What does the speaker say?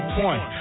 point